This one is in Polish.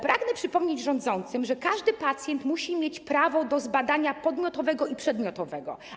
Pragnę przypomnieć rządzącym, że każdy pacjent musi mieć prawo do zbadania podmiotowego i przedmiotowego.